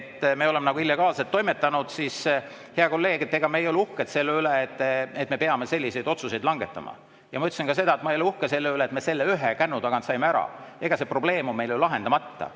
et me oleme nagu illegaalselt toimetanud. Hea kolleeg, ega me ei ole uhked selle üle, et me peame selliseid otsuseid langetama. Ma ütlesin ka seda, et ma ei ole uhke selle üle, et me selle ühe kännu tagant saime ära. See probleem on meil ju lahendamata